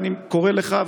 אני קורא לך,